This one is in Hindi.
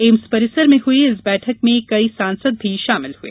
एम्स परिसर में हुई इस बैठक में कई सांसद भी शमिल हुये